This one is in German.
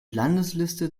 landesliste